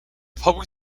public